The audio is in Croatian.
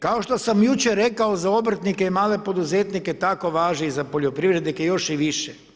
Kao što sa jučer rekao za obrtnike i male poduzetnike tako važi i za poljoprivrednike još i više.